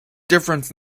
difference